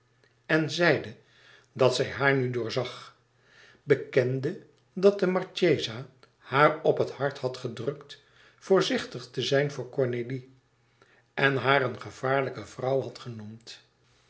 en zeide dat zij haar nu doorzag bekende dat de marchesa haar op het hart had gedrukt voorzichtig te zijn voor cornélie en haar een gevaarlijke vrouw had genoemd